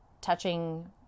touching